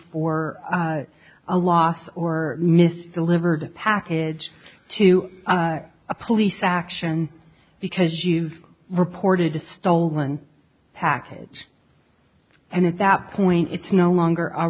for a loss or mis delivered a package to a police action because you've reported a stolen package and at that point it's no longer a